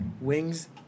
wings